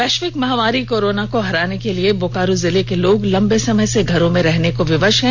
वैश्विक महामारी कोरोना को हराने के लिए बोकारो जिले के लोग लंबे समय से घरों में रहने को विवश हैं